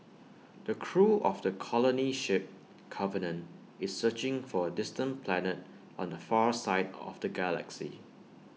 the crew of the colony ship covenant is searching for A distant planet on the far side of the galaxy